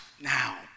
now